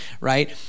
right